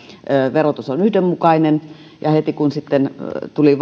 verotus on yhdenmukainen ja heti kun hänestä tuli